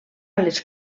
les